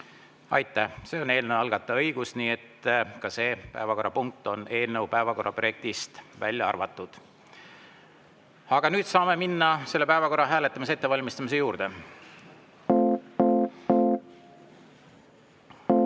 Aitäh! See on eelnõu algataja õigus, nii et ka see päevakorrapunkt on päevakorraprojektist välja arvatud. Aga nüüd saame minna selle päevakorra hääletamise ettevalmistamise juurde. Head